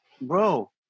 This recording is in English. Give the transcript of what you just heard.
bro